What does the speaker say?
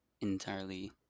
entirely